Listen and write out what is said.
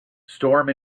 storm